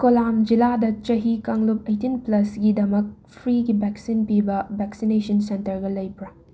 ꯀꯣꯂꯥꯝ ꯖꯤꯜꯂꯥꯗ ꯆꯍꯤ ꯀꯥꯡꯂꯨꯞ ꯑꯩꯠꯇꯤꯟ ꯄ꯭ꯂꯁꯒꯤꯗꯃꯛ ꯐ꯭ꯔꯤꯒꯤ ꯚꯦꯛꯁꯤꯟ ꯄꯤꯕ ꯚꯦꯛꯁꯤꯅꯦꯁꯟ ꯁꯦꯟꯇꯔꯒ ꯂꯩꯕ꯭ꯔꯥ